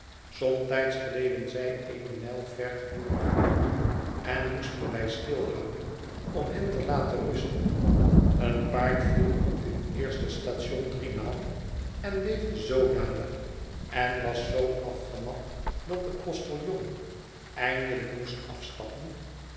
somtijds gleden zij eene mijl ver gedurig uit en moesten wij stilhouden om hen te laten rusten een paard viel op dit eerste station driemaal en beefde zoodanig en was zoo afgemat dat de postiljon eindelijk moest afstappen